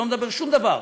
לא מדבר שום דבר.